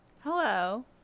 Hello